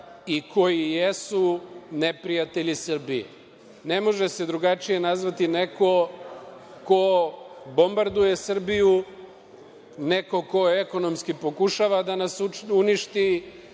i koji jesu neprijatelji Srbije. Ne može se drugačije nazvati neko ko bombarduje Srbiju, neko ko ekonomski pokušava da nas uništi,